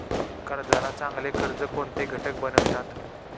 कर्जाला चांगले कर्ज कोणते घटक बनवितात?